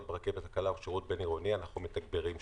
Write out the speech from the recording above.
ברכבת הקלה ובשירות הבין-עירוני אנחנו מתגברים שם.